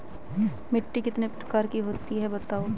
मिट्टी कितने प्रकार की होती हैं बताओ?